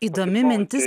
įdomi mintis